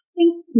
Thanks